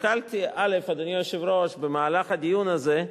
אדוני היושב-ראש, כשהסתכלתי במהלך הדיון הזה,